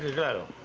go.